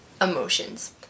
emotions